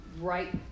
right